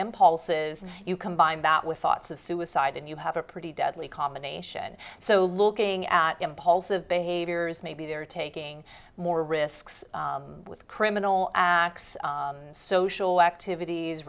impulses you combine that with thoughts of suicide and you have a pretty deadly combination so looking at impulsive behaviors maybe they're taking more risks with criminal acts social activities